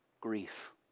grief